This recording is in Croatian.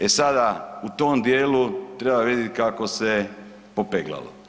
E sada u tom djelu treba vidjet kako se popeglalo.